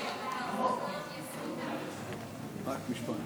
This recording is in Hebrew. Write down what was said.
חבריי חברי הכנסת, חברת הכנסת